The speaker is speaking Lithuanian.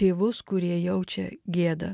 tėvus kurie jaučia gėdą